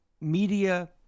media